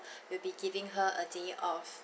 we'll be giving her a day off